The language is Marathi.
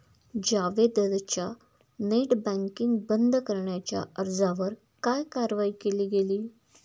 जावेदच्या नेट बँकिंग बंद करण्याच्या अर्जावर काय कारवाई केली गेली?